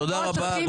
תודה רבה.